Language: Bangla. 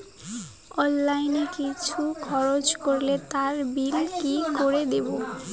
অনলাইন কিছু খরচ করলে তার বিল কি করে দেবো?